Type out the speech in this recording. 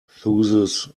soothes